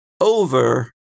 over